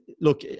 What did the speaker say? look